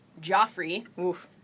Joffrey